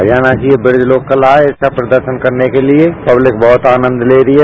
हरियाणा की यह ब्रिज लोककला है इसका प्रदर्शन करने के लिए पब्लिक बहुत आनन्द ले रही है